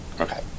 Okay